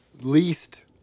least